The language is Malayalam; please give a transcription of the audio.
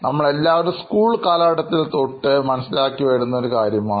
നമ്മൾ എല്ലാവരും സ്കൂൾ കാലഘട്ടത്തിൽ തൊട്ട് മനസ്സിലാക്കി വരുന്ന കാര്യമാണ്